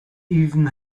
even